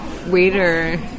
waiter